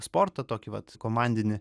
sportą tokį vat komandinį